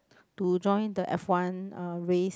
to join the F one uh race